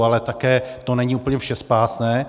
Ale také to není úplně všespásné.